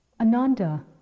Ananda